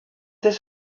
this